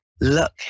Look